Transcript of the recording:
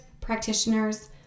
practitioners